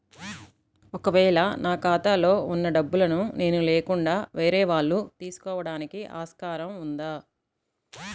ఒక వేళ నా ఖాతాలో వున్న డబ్బులను నేను లేకుండా వేరే వాళ్ళు తీసుకోవడానికి ఆస్కారం ఉందా?